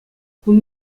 кун